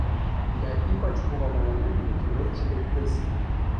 jai ypač buvo maloni tų kivirčų baigtis